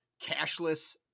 cashless